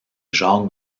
jacques